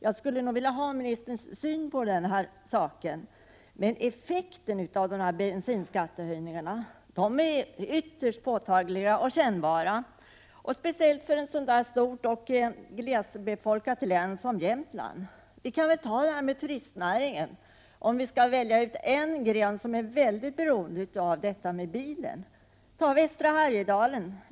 Jag skulle vilja att ministern gav sin syn på saken. Effekterna av bensinskattehöjningarna är ytterst påtagliga och kännbara, speciellt för ett stort och glest befolkat län som Jämtland. Vi kan titta på turistnäringen, som är mycket beroende av bilen. Ta västra Härjedalen som exempel.